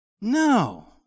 No